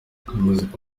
muzika